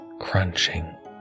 crunching